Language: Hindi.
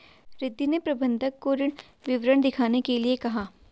रिद्धी ने प्रबंधक को ऋण विवरण दिखाने के लिए कहा